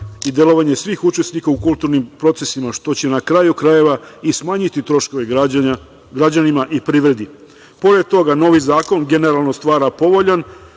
i delovanje svih učesnika u kulturnim procesima, što će na kraju krajeva i smanjiti troškove građanima i privredi. Pored toga, novi zakon generalno stvara povoljan